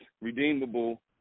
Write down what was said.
redeemable